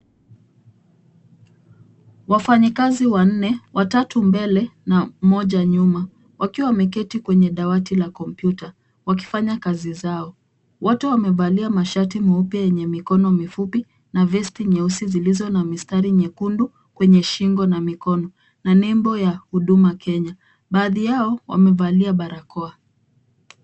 Wafanyikazi wanne, watatu mbele na mmoja nyuma, wakiwa wameketi kwenye dawati la kompyuta wakifanya kazi zao. Wote wamevalia mashati meupe yenye mikono mifupi na vesti nyeusi zilizo na mistari nyekundu kwenye shingo na mikono na nembo ya Huduma Kenya. Baadhi yao wamevalia barakoa.